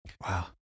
Wow